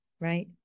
right